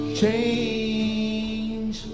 change